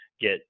get